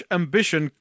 ambition